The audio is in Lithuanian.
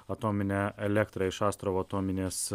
atominę elektrą iš astravo atominės